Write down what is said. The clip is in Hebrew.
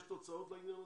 יש תוצאות לעניין הזה?